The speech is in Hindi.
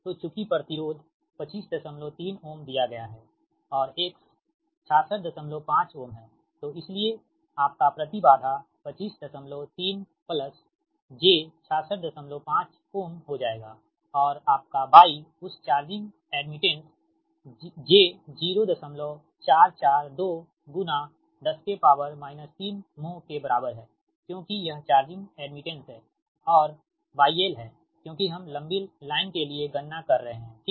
तोचूकि प्रतिरोध 253 Ω दिया गया है और X 665 Ω है तो इसलिए आपका प्रति बाधा 253 j 665 Ω हो जाएगा और आपका Y उस चार्जिंग एडमिटेंस j0442 10 3 mho के बराबर है क्योंकि यह चार्जिंग एडमिटेंस है और γl है क्योंकि हम लंबी लाइन के लिए गणना कर रहे हैं ठीक